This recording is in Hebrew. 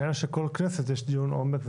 נראה לי שבכל כנסת יש דיון עומק,